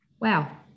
wow